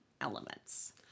elements